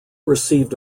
received